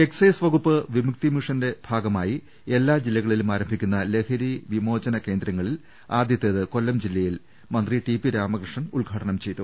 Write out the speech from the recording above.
excise വകുപ്പ് വിമുക്തി മിഷന്റെ ഭാഗമായി എല്ലാ ജില്ലകളിലും ആരം ഭിക്കുന്ന ലഹരി മോചനകേന്ദ്രങ്ങളിൽ ആദ്യത്തേത് കൊല്ലം ജില്ലയിൽ മന്ത്രി ടി പി രാമകൃഷ്ണൻ ഉദ്ഘാടനം ചെയ്തു